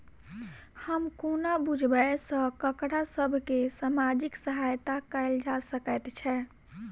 हम कोना बुझबै सँ ककरा सभ केँ सामाजिक सहायता कैल जा सकैत छै?